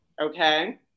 Okay